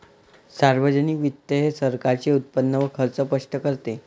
सार्वजनिक वित्त हे सरकारचे उत्पन्न व खर्च स्पष्ट करते